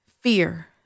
Fear